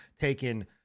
taken